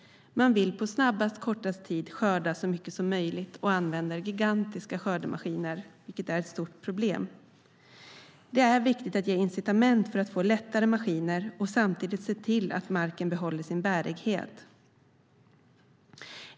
Man vill på kortast möjliga tid skörda så mycket som möjligt och använder därför gigantiska skördemaskiner, vilket är ett stort problem. Det är viktigt att ge incitament för att få lättare maskiner och samtidigt se till att marken behåller sin bärighet.